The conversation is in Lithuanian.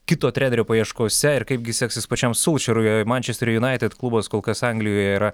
kito trenerio paieškose ir kaipgi seksis pačiam sulčerui mančester junaitid klubas kol kas anglijoje yra